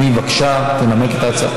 אנחנו עוברים לסעיף הבא